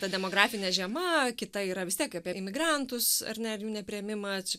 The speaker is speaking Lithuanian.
ta demografinė žiema kita yra vis tiek apie imigrantus ar ne ar jų nepriėmimą